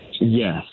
Yes